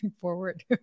forward